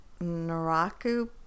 naraku